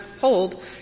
hold